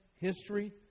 history